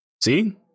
See